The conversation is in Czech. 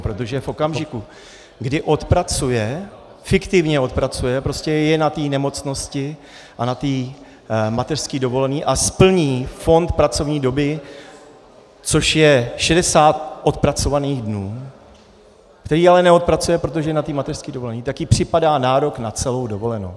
Protože v okamžiku, kdy odpracuje, fiktivně odpracuje, je na té nemocnosti a na té mateřské dovolené a splní fond pracovní doby, což je 60 odpracovaných dnů, které ale neodpracuje, protože je na té mateřské dovolené, tak jí připadá nárok na celou dovolenou.